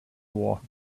war